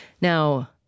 Now